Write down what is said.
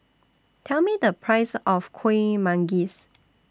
Tell Me The Price of Kueh Manggis